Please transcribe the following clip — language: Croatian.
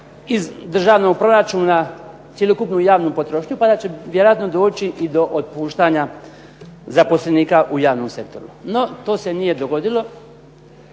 iz državnog proračuna cjelokupnu javnu potrošnju pa da će vjerojatno doći do otpuštanja zaposlenika u javnom sektoru. No, to se nije dogodilo